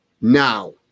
Now